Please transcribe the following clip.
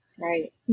right